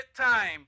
time